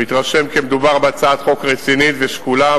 הוא התרשם כי מדובר בהצעת חוק רצינית ושקולה,